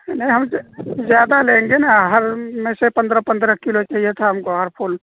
نہیں ہم زیادہ لیں گے نا ہر میں سے پندرہ پندرہ کلو چاہیے تھا ہم کو ہر پھول